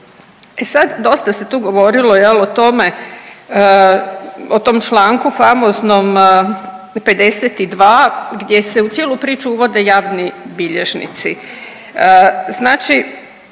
sad dosta se tu govorilo o tome o tom članku famoznom 52. gdje se u cijelu priču uvode javni bilježnici. Znači